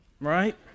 right